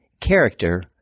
Character